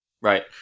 Right